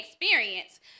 experience